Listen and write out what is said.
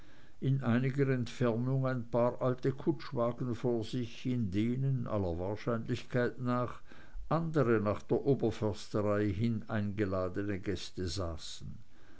in einiger entfernung ein paar alte kutschwagen vor sich in denen aller wahrscheinlichkeit nach andere nach der oberförsterei hin eingeladene gäste saßen